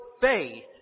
faith